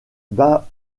davenport